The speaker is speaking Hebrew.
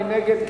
מי נגד?